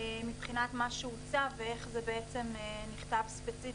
מבחינת מה שהוצע ואיך שזה נכתב ספציפית,